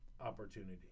opportunity